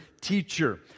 teacher